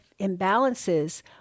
imbalances